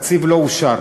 התקציב לא אושר.